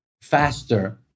faster